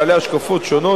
בעלי השקפות שונות,